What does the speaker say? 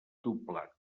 doblat